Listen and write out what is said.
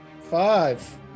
Five